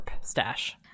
stash